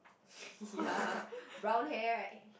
ya brown hair right